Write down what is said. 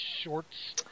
shorts